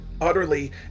utterly